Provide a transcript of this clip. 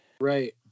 Right